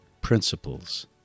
principles